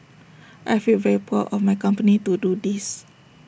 I feel very proud of my company to do this